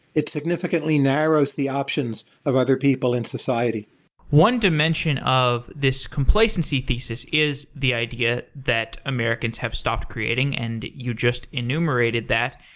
it significantly narrows the options of other people in society one dimension of this complacency thesis is the idea that americans have stopped creating, and you just enumerated that,